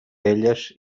elles